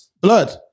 Blood